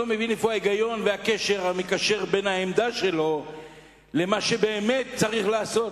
ואני לא מבין את ההיגיון המקשר בין העמדה שלו למה שבאמת צריך לעשות.